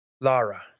Lara